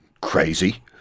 crazy